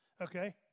Okay